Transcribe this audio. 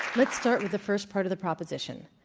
let's start with the first part of the proposition.